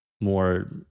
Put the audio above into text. more